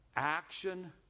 action